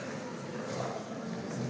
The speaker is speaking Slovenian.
Hvala